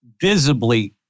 visibly